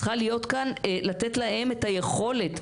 צריכים לתת להם את היכולת,